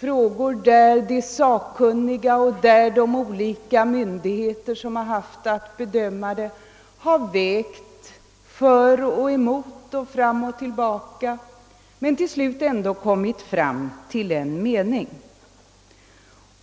frågor, där de sakkunniga och de olika myndigheter som haft att bedöma saken har vägt för och emot och fram och tillbaka men till slut ändå kommit fram till en mening.